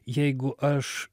jeigu aš